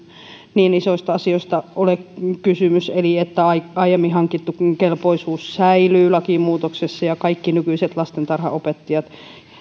niin isoista asioista ole kysymys eli että aiemmin hankittu kelpoisuus säilyy lakimuutoksessa ja kaikki nykyiset lastentarhanopettajat